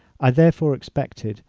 i therefore expected,